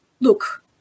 look